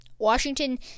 Washington